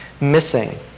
missing